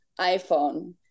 iPhone